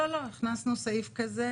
לא, לא, הכנסנו סעיף כזה.